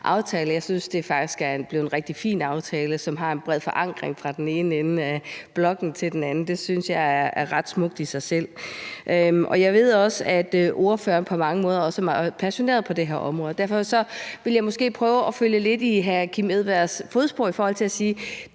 Jeg synes, det faktisk er blevet en rigtig fin aftale, som har en bred forankring – fra den ene ende af salen til den anden. Det synes jeg er ret smukt i sig selv. Jeg ved også, at ordføreren på mange måder er passioneret på det her område, og derfor vil jeg prøve at følge lidt i hr. Kim Edberg Andersens fodspor i forhold til det her